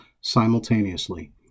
simultaneously